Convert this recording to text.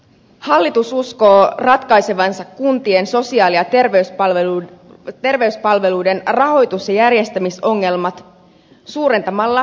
hallitus uskoo ratkaisevansa kuntien sosiaali ja terveyspalveluiden rahoitus ja järjestämisongelmat suurentamalla kuntien kokoa